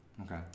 okay